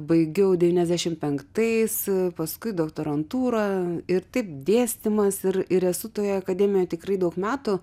baigiau devyniasdešimt penktaisiais paskui doktorantūrą ir taip dėstymas ir ir esu toje akademijoje tikrai daug metų